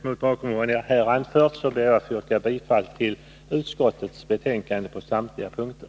Mot bakgrund av vad jag här anfört ber jag att få yrka bifall till utskottets hemställan på samtliga punkter.